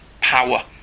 power